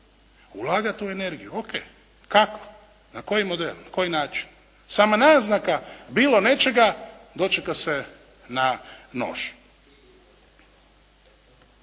Ulagati u tu energiju? Ok. Kako? Na koji model, na koji način? Sama naznaka bilo nečega dočeka se na nož.